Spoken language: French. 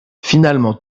finalement